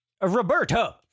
Roberto